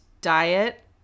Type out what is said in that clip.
Diet